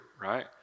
right